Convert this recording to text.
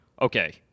okay